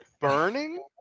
Burning